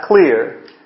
clear